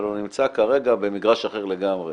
אבל הוא נמצא כרגע במגרש אחר לגמרי.